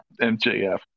MJF